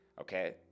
okay